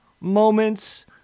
moments